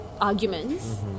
arguments